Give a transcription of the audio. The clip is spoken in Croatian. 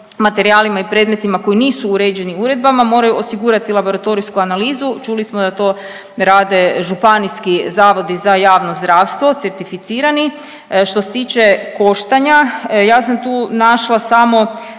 i predmetima koji nisu uređeni uredbama moraju osigurati laboratorijsku analizu, čuli smo da to rade Županijski zavodi za javno zdravstvo, certificirani. Što se tiče koštanja, ja sam tu našla samo